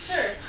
Sure